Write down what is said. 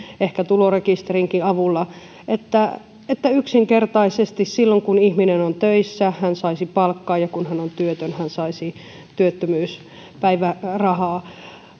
ehkä tulorekisterinkin avulla että että yksinkertaisesti silloin kun ihminen on töissä hän saisi palkkaa ja kun hän on työtön hän saisi työttömyyspäivärahaa